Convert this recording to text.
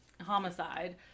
homicide